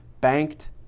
banked